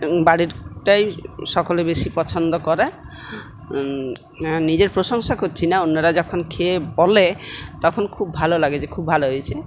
বাড়িরটাই সকলে বেশি পছন্দ করে নিজের প্রশংসা করছি না অন্যরা যখন খেয়ে বলে তখন খুব ভালো লাগে যে খুব ভালো হয়েছে